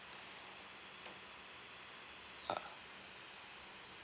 uh